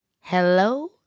Hello